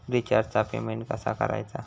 रिचार्जचा पेमेंट कसा करायचा?